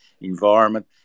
environment